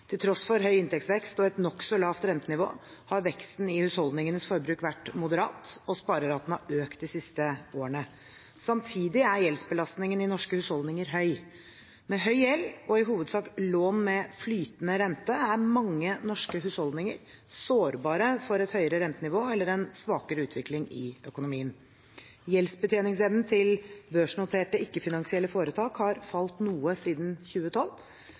Til tross for høy inntektsvekst og et nokså lavt rentenivå har veksten i husholdningenes forbruk vært moderat, og spareraten har økt de siste årene. Samtidig er gjeldsbelastningen i norske husholdninger høy. Med høy gjeld og i hovedsak lån med flytende rente er mange norske husholdninger sårbare for et høyere rentenivå eller en svakere utvikling i økonomien. Gjeldsbetjeningsevnen til børsnoterte, ikke-finansielle foretak har falt noe siden 2012.